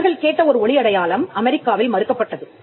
அவர்கள் கேட்ட ஒரு ஒலி அடையாளம் அமெரிக்காவில் மறுக்கப்பட்டது